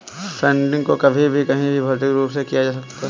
funding को कभी भी कहीं भी भौतिक रूप से किया जा सकता है